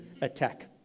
attack